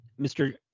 Mr